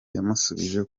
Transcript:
yamusubije